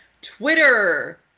Twitter